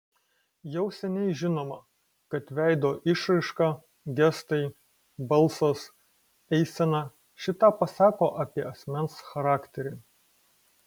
jau seniai žinoma kad veido išraiška gestai balsas eisena šį tą pasako apie asmens charakterį